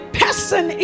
person